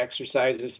exercises